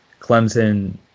Clemson